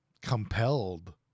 compelled